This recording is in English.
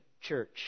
Church